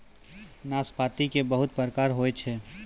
नाशपाती के बहुत प्रकार होय छै